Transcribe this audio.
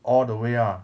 all the way ah